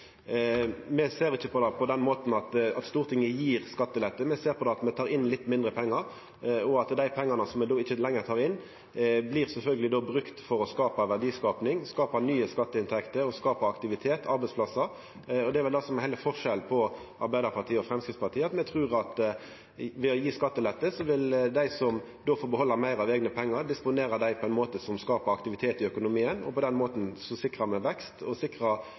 Me ser ikkje på det på den måten at Stortinget gjev skattelette. Me ser på det som at me tek inn litt mindre pengar, og at dei pengane som me då ikkje lenger tek inn, sjølvsagt blir brukte for å skapa verdiar, nye skatteinntekter, aktivitet og arbeidsplassar. Det er vel det som er heile forskjellen på Arbeidarpartiet og Framstegspartiet: Me trur at ved å gje skattelette vil dei som får behalda meir av eigne pengar, disponera dei på ein måte som skapar aktivitet i økonomien. På den måten sikrar me vekst og